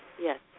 Yes